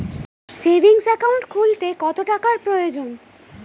Savings account খুলতে কত টাকার প্রয়োজন?